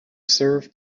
serve